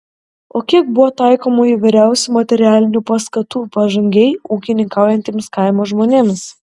o kiek buvo taikoma įvairiausių materialinių paskatų pažangiai ūkininkaujantiems kaimo žmonėms